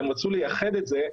הם רצו לייחד את זה,